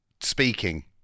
speaking